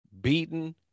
beaten